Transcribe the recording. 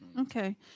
Okay